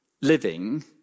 living